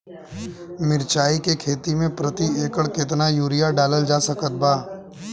मिरचाई के खेती मे प्रति एकड़ केतना यूरिया डालल जा सकत बा?